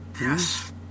Yes